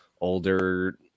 older